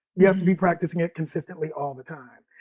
you have to be practicing it consistently all the time.